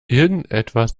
irgendetwas